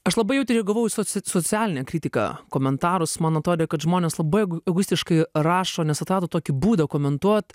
aš labai jautriai reagavau į soci socialinę kritiką komentarus man atrodė kad žmonės labai eg egoistiškai rašo nes atrado tokį būdą komentuot